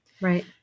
right